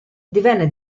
divenne